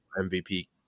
MVP